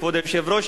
כבוד היושב-ראש,